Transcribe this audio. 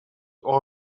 all